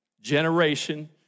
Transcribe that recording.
Generation